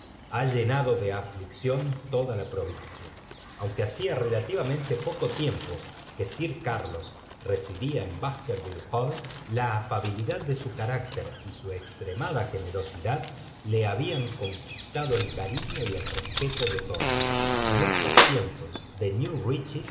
ha llenado de aflición toda la provincia aunque hacía relativamente poco tiempo que sir carlos residía en baskerville hall la afabilidad de su carácter y bu extremada generosidad le habían conquistado el cariño y el respeto de todos n estos tiempos de